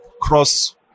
cross